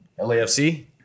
LAFC